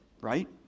right